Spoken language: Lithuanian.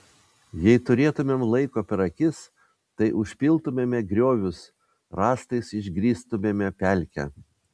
jei turėtumėm laiko per akis tai užpiltumėme griovius rąstais išgrįstumėme pelkę